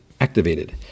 activated